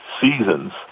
seasons